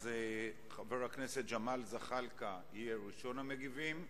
לכן חבר הכנסת ג'מאל זחאלקה יהיה ראשון המגיבים,